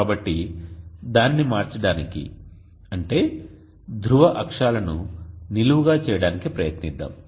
కాబట్టి దానిని మార్చడానికి అంటే ధ్రువ అక్షాలను నిలువుగా చేయడానికి ప్రయత్నిద్దాం